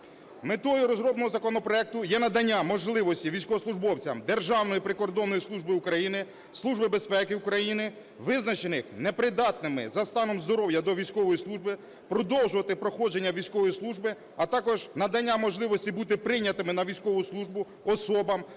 Метою розробленого законопроекту є надання можливості військовослужбовцям Державної прикордонної служби України, Служби безпеки України визначених непридатними за станом здоров'я до військової служби, продовжувати проходження військової служби. А також надання можливості бути прийнятими на військову службу особам